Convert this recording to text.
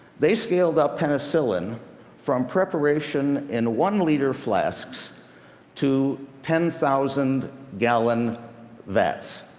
they scaled up penicillin from preparation in one-liter flasks to ten thousand gallon vats.